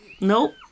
nope